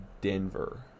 Denver